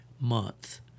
month